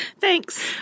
Thanks